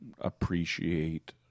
appreciate